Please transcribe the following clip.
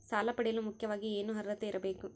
ಸಾಲ ಪಡೆಯಲು ಮುಖ್ಯವಾಗಿ ಏನು ಅರ್ಹತೆ ಇರಬೇಕು?